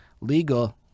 legal